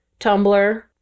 Tumblr